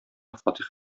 фатих